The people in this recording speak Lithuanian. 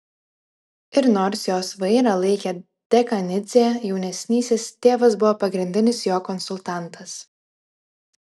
ir nors jos vairą laikė dekanidzė jaunesnysis tėvas buvo pagrindinis jo konsultantas